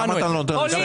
למה אתה לא נותן לו?